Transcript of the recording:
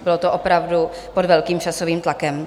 Bylo to opravdu pod velkým časovým tlakem.